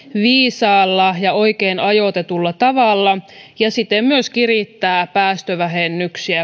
viisaalla ja oikein ajoitetulla tavalla ja siten myös kirittää päästövähennyksiä